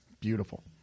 Beautiful